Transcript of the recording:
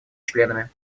членами